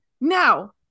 now